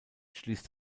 schließt